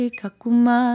kakuma